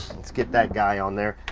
let's get that guy on there.